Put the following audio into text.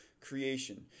creation